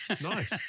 Nice